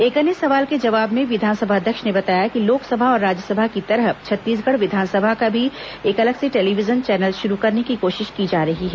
एक अन्य सवाल के जवाब में विधानसभा अध्यक्ष ने बताया कि लोकसभा और राज्यसभा की तरह छत्तीसगढ़ विधानसभा का भी एक अलग से टेलीविजन चैनल शुरू करने की कोशिश की जा रही है